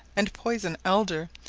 and poison elder,